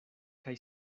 kaj